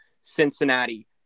cincinnati